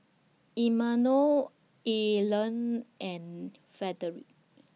Imanol Arlen and Frederick